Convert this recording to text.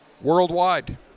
worldwide